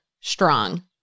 strong